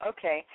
Okay